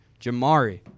Jamari